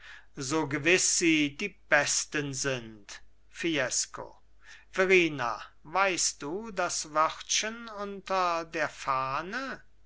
so gewiß sie die besten sind fiesco verrina weißt du das wörtchen unter der fahne